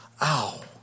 ow